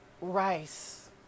rice